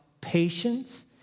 patience